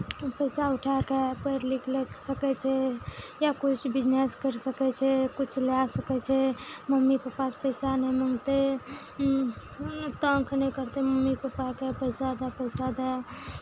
पैसा उठा कऽ पढ़ि लिख लोग सकै छै या किछु बिजनेस करि सकै छै किछु लए सकै छै मम्मी पप्पासँ पैसा नहि मङ्गतै तङ्ग नहि करतै मम्मी पप्पाकेँ पैसा दए पैसा दए